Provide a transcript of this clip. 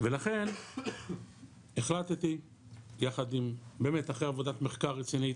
לכן החלטתי יחד, באמת אחרי עבודת מחקר רצינית,